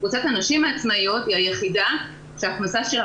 קבוצת הנשים העצמאיות היא היחידה שההכנסה שלה